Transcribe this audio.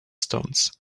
stones